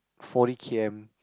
forty k_m